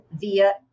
via